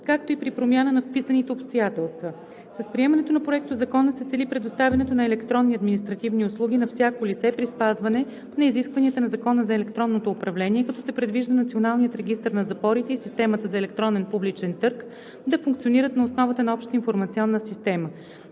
както и при промяна на вписаните обстоятелства. С приемането на проектозакона се цели предоставянето на електронни административни услуги на всяко лице при спазване на изискванията на Закона за електронното управление, като се предвижда Националният регистър на запорите и системата за електронен публичен търг да функционират на основата на обща информационна система.